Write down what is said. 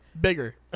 bigger